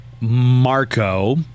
Marco